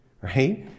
Right